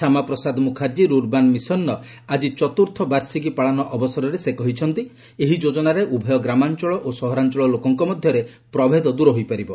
Shyamaprasad Mukherjee rurban ମିଶନର ଆକି ଚତ୍ରୁର୍ଥ ବାର୍ଷିକୀ ପାଳନ ଅବସରରେ ସେ କହିଛନ୍ତି ଏହି ଯୋଜନାରେ ଉଭୟ ଗ୍ରାମାଞ୍ଚଳ ଓ ସହରାଞ୍ଚଳ ଲୋକଙ୍କ ମଧ୍ୟରେ ପ୍ରଦେଭ ଦ୍ୱର ହୋଇପାରିବ